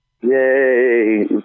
yay